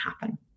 happen